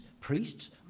priests